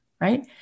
right